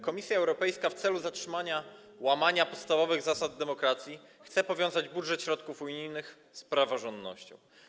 Komisja Europejska w celu zatrzymania łamania podstawowych zasad demokracji chce powiązać budżet środków unijnych z praworządnością.